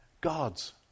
God's